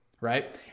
right